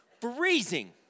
freezing